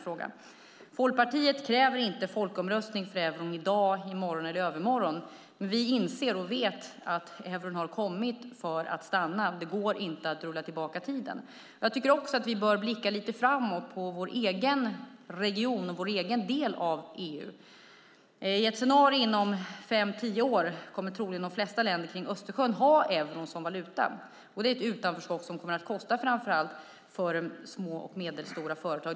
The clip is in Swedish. Folkpartiet kräver inte folkomröstning för euron i dag, i morgon eller i övermorgon, men vi inser och vet att euron har kommit för att stanna. Det går inte att rulla tillbaka tiden. Jag tycker också att vi bör blicka lite framåt vad gäller vår egen region och vår egen del av EU. Inom fem tio år kommer troligen de flesta länder kring Östersjön att ha euron som valuta. Ett utanförskap kommer då att kosta för framför allt små och medelstora företag.